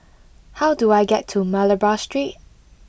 how do I get to Malabar Street